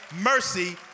mercy